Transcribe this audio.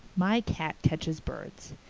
my cat catches birds.